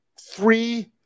three